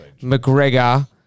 McGregor